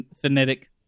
phonetic